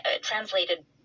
translated